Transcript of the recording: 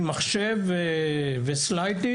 מחשב ושקופיות